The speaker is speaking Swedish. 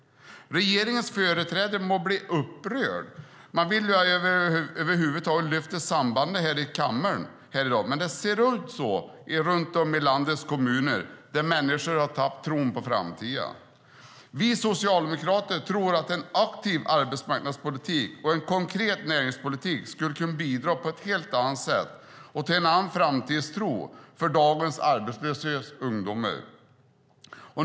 Regeringens företrädare må bli upprörda - man vill över huvud taget inte lyfta det sambandet i kammaren i dag. Men det ser ut så runt om i landets kommuner där människor har tappat tron på framtiden. Vi socialdemokrater tror att en aktiv arbetsmarknadspolitik och en konkret näringspolitik skulle kunna bidra på ett helt annat sätt och bidra till en annan framtidstro för dagens arbetslösa ungdomar.